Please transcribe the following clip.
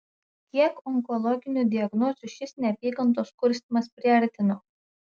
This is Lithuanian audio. kiek onkologinių diagnozių šis neapykantos kurstymas priartino